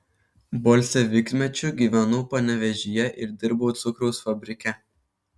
bolševikmečiu gyvenau panevėžyje ir dirbau cukraus fabrike